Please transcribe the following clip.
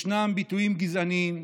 ישנם ביטויים גזעניים.